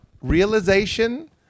realization